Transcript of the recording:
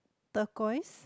turquoise